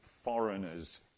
foreigners